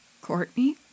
Courtney